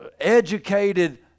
educated